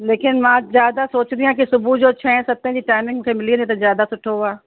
लेकिन मां ज्यादा सोचदी आहियां की सुबुह जो छहे सते जी टाइमिंग मूंखे मिली वञे त ज्यादा सुठो आहे